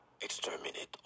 Exterminate